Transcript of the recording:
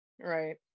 Right